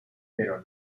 pero